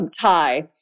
tie